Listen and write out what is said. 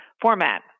format